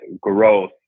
growth